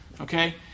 Okay